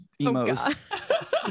emos